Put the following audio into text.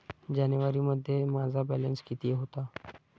जानेवारीमध्ये माझा बॅलन्स किती होता?